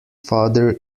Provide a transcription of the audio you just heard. father